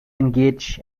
engaged